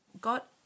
got